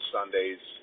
Sundays